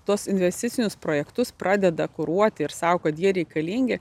tuos investicinius projektus pradeda kuruoti ir sako kad jie reikalingi